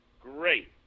Great